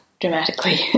dramatically